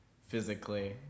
physically